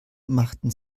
machten